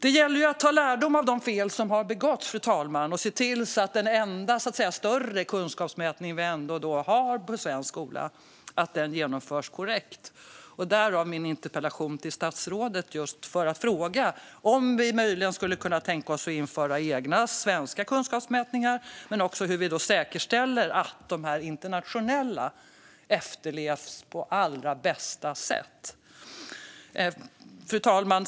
Det gäller att dra lärdom av de fel som har begåtts och se till att den enda större kunskapsmätning som vi ändå har i svensk skola genomförs korrekt, därav min interpellation till statsrådet för att fråga om vi möjligen skulle kunna tänka oss att införa egna svenska kunskapsmätningar och hur vi säkerställer att de internationella efterlevs på allra bästa sätt. Fru talman!